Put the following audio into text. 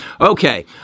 Okay